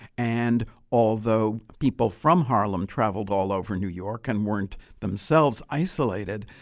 and although people from harlem traveled all over new york and weren't themselves isolated,